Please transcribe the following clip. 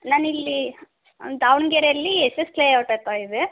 ನಾನು ಇಲ್ಲಿ ದಾವಣಗೆರೆಯಲ್ಲಿ ಎಸ್ ಎಸ್ ಲೇಔಟ್ ಹತ್ರ ಇದೆ